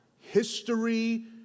History